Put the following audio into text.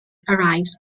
arrives